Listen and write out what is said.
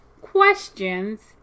questions